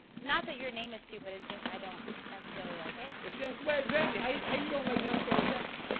not that your name is stupid. it's just i don't necessarily like it this so way exactly. hey. hey, you don't like young for exactly